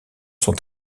sont